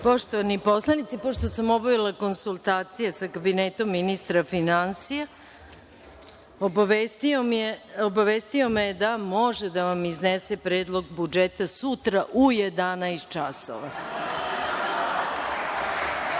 Poštovani poslanici, pošto sam obavila konsultacije sa Kabinetom ministra finansija, obavestio me je da može da vam iznese Predlog budžeta sutra u 11.00